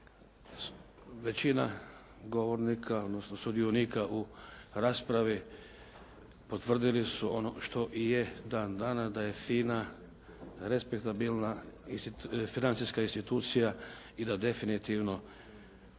Većina govornika, odnosno sudionika u raspravi potvrdili su ono što i je dan danas, da je FINA respektabilna financijska institucija i da definitivno